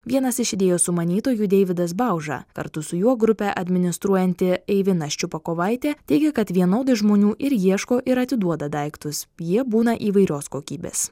vienas iš idėjos sumanytojų deividas bauža kartu su juo grupę administruojanti eivina ščupakovaitė teigia kad vienodai žmonių ir ieško ir atiduoda daiktus jie būna įvairios kokybės